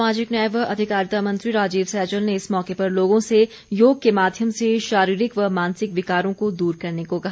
सामाजिक न्याय व अधिकारिता मंत्री राजीव सैजल ने इस मौके पर लोगों से योग के माध्यम से शारीरिक व मानसिक विकारों को दूर करने को कहा